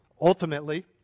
Ultimately